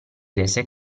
rese